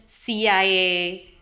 CIA